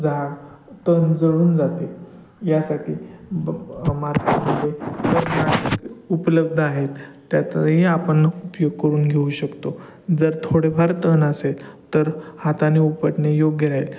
झाड तण जळून जाते यासाठी मार्केटमध्ये उपलब्ध आहेत त्याचाही आपण उपयोग करून घेऊ शकतो जर थोडेफार तण असेल तर हाताने उपटणे योग्य राहील